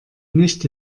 nicht